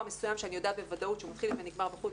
מסוים שאני יודעת שהוא מתחיל ונגמר בחוץ,